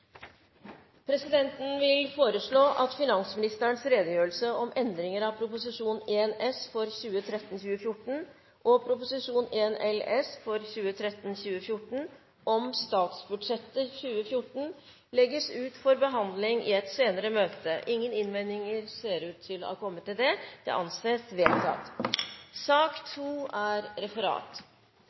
Presidenten vil foreslå at finansministerens redegjørelse om endringer av Prop. 1 S og Prop. 1 LS om statsbudsjettet 2014 legges ut for behandling i et senere møte. – Ingen innvendinger ser ut til å ha kommet mot det, og det anses vedtatt. Dermed er dagens kart ferdigbehandlet. Forlanger noen ordet før møtet heves? – Møtet er